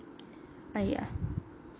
!aiya!